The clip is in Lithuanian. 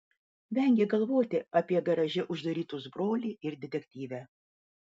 vengė galvoti apie garaže uždarytus brolį ir detektyvę